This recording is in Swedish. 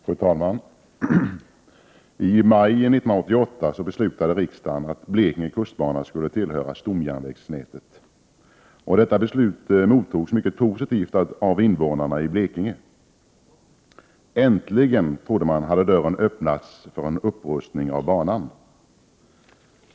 Fru talman! I maj 1988 beslutade riksdagen att Blekinge kustbana skall tillhöra stomjärnvägsnätet. Detta beslut mottogs mycket positivt av invånarnai Blekinge. Äntligen, trodde man, hade dörren öppnats för en upprustning av banan.